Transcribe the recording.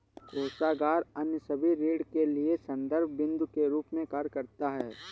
कोषागार अन्य सभी ऋणों के लिए संदर्भ बिन्दु के रूप में कार्य करता है